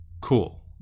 cool